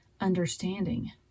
understanding